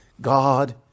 God